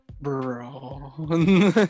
bro